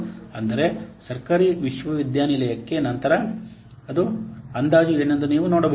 ಅಂದರೆ ಸರ್ಕಾರಿ ವಿಶ್ವವಿದ್ಯಾಲಯಕ್ಕೆ ನಂತರ ಅಂದಾಜು ಏನೆಂದು ನೀವು ನೋಡಬಹುದು